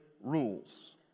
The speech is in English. rules